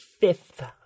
fifth